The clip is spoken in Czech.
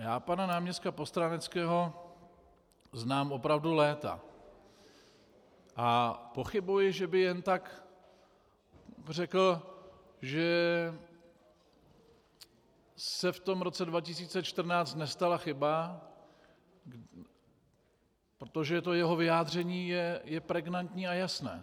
Já pana náměstka Postráneckého znám opravdu léta a pochybuji, že by jen tak řekl, že se v tom roce 2014 nestala chyba, protože to jeho vyjádření je pregnantní a jasné.